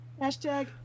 hashtag